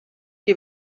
die